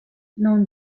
n’en